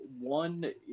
one